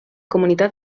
comunitat